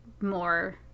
more